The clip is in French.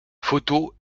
photo